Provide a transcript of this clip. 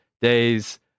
days